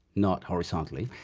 not horizontally,